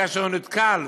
כאשר הוא נתקל,